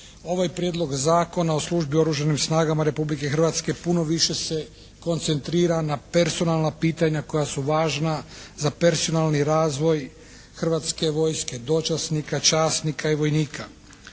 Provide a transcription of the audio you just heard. ovaj Prijedlog zakona o službi u Oružanim snagama Republike Hrvatske, puno više se koncentrira na personalna pitanja koja su važna za personalni razvoj hrvatske vojske, dočasnika, časnika i vojnika.